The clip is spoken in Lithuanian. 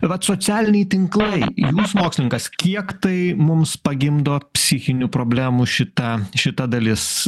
vat socialiniai tinklai jūs mokslininkas kiek tai mums pagimdo psichinių problemų šita šita dalis